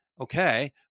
okay